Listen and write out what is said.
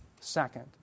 second